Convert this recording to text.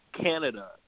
Canada